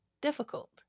difficult